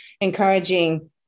encouraging